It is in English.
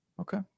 Okay